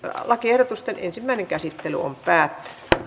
lakiehdotusten ensimmäinen käsittely päättyi